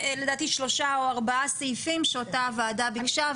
לדעתי שלושה או ארבעה סעיפים שאותם הוועדה ביקשה,